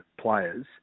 players